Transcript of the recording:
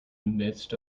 midst